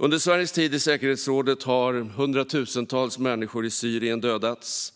Under Sveriges tid i säkerhetsrådet har hundratusentals människor i Syrien dödats